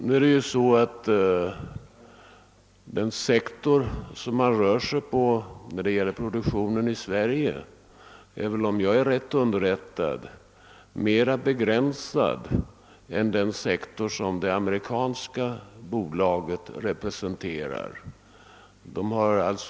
Nu är väl den sektor där man vill ta upp produktion i Sverige mer begränsad än den sektor som det amerikanska bolaget representerar, om jag är riktigt underrättad.